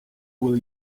will